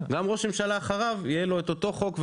גם ראש הממשלה אחריו יהיה לו את אותו חוק,